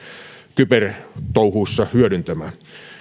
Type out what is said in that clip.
kybertouhuissa hyödyntämään